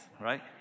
right